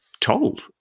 told